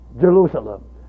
Jerusalem